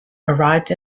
arrived